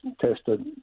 tested